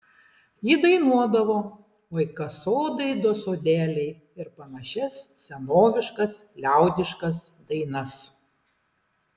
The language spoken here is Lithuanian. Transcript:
ji dainuodavo oi kas sodai do sodeliai ir panašias senoviškas liaudiškas dainas